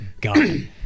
God